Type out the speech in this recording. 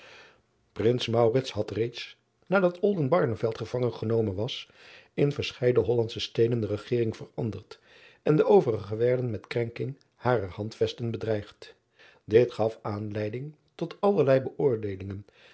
rins had reeds nadat gevangen genomen was in verscheiden ollandsche steden de regeringen veranderd en de overige werden met krenking harer handvesten bedreigd it gaf aanleiding tot allerlei beoordeelingen